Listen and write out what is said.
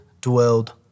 dwelled